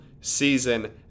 season